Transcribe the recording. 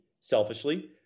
selfishly